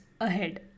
ahead